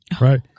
right